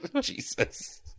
Jesus